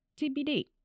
TBD